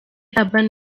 urban